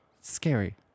Scary